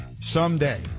someday